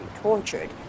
tortured